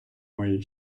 мої